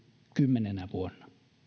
kymmenenä vuonna